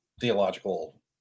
theological